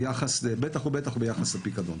בטח ובטח ביחד לפיקדון.